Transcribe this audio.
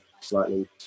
slightly